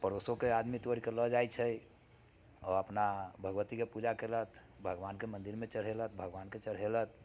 आ पड़ोसोके आदमी तोड़िके लऽ जाइत छै आ अपना भगवतीके पूजा कयलथि भगवानके मंदिरमे चढ़ेलथि भगवानके चढ़ेलथि